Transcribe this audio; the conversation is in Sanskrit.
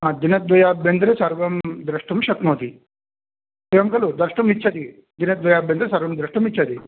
हा दिनद्वयाभ्यन्तरे सर्वं द्रष्टुं शक्नोति एवं खलु द्रष्टुमिच्छति दिनद्वयाभ्यन्तरे सर्वं द्रष्टुमिच्छति